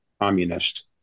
communist